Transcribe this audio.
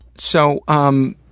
so, um,